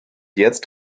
jetzt